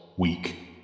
weak